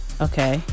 Okay